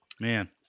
man